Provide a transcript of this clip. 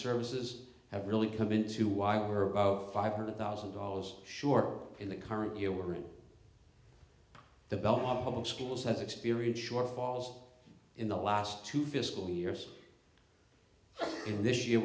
services have really come into while her about five hundred thousand dollars sure in the current year were in the belmont public schools has experienced shortfalls in the last two fiscal years in this year